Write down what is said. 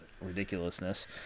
ridiculousness